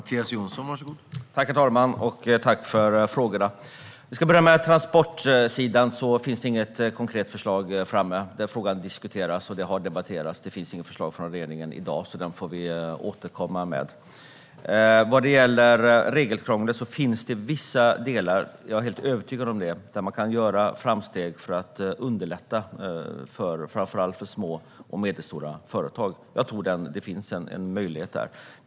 Herr talman! Tack för frågorna, Ann-Charlotte Hammar Johnsson! På transportsidan finns det inget konkret förslag. Den frågan har diskuterats och debatterats, men det finns inget förslag från regeringen i dag, så den frågan får vi återkomma till. När det gäller regelkrånglet finns det vissa delar - jag är helt övertygad om det - där man kan göra framsteg för att underlätta framför allt för små och medelstora företag. Det finns nog en möjlighet där.